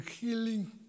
healing